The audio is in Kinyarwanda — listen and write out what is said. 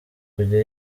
kujya